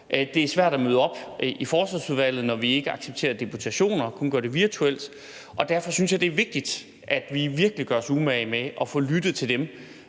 Det er svært at møde op i Forsvarsudvalget, når vi ikke accepterer deputationer og kun gør det virtuelt. Derfor synes jeg, det er vigtigt, at vi virkelig gør os umage med at få lyttet til dem,